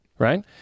Right